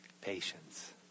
Patience